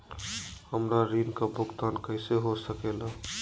हमरा ऋण का भुगतान कैसे हो सके ला?